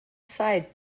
side